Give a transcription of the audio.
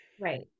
right